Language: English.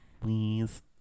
Please